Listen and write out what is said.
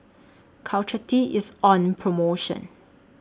Caltrate IS on promotion